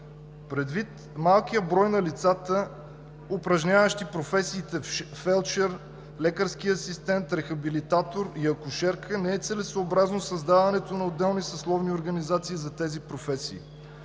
Предвид малкия брой на лицата, упражняващи професиите фелдшер, лекарски асистент, рехабилитатор и акушерка, не е целесъобразно създаването на отделни съсловни организации за тези професии.